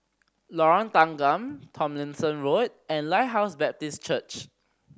Lorong Tanggam Tomlinson Road and Lighthouse Baptist Church